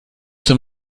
zum